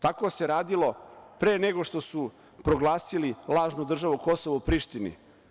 Tako se radilo pre nego što su proglasili lažnu državu Kosovo u Prištini.